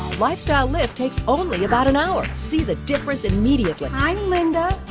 lifestyle lift takes only about an hour. see the difference immediately. i'm linda.